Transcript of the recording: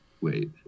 Wait